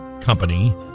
company